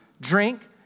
drink